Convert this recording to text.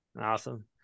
Awesome